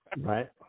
Right